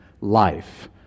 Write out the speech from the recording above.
life